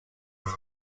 its